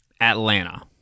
Atlanta